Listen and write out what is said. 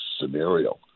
scenario